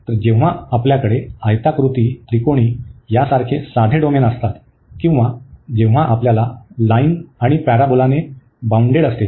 तर जेव्हा आपल्याकडे आयताकृती त्रिकोणी सारखे साधे डोमेन असतात किंवा जेव्हा आपल्याला लाईन आणि पॅराबोलाने बाउंडेड असते